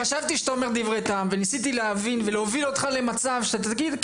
חשבתי שאתה אומר דברי טעם וניסיתי להבין ולהוביל אותך למצב שאתה תגיד,